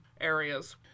areas